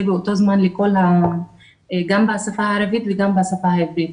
באותו זמן לכל ה- - -גם בשפה הערבית וגם בשפה העברית.